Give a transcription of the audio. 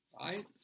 right